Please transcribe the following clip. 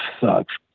sucks